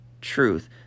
truth